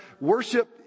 worship